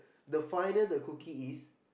the finer the cookies is